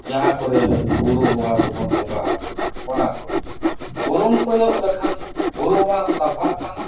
ᱡᱟᱦᱟᱸ ᱠᱚᱨᱮ ᱵᱩᱨᱩ ᱵᱚᱸᱜᱟ ᱠᱚᱵᱚᱱ ᱵᱚᱸᱜᱟ ᱟᱠᱚ ᱠᱟᱱᱟ ᱚᱱᱟ ᱠᱚ ᱵᱩᱨᱩᱢ ᱠᱚᱭᱚ ᱞᱮᱠᱷᱟᱱ ᱵᱩᱨᱩ ᱢᱟ ᱥᱟᱯᱷᱟᱜ ᱠᱟᱱᱟ